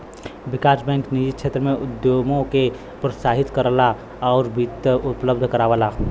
विकास bank निजी क्षेत्र में उद्यमों के प्रोत्साहित करला आउर वित्त उपलब्ध करावला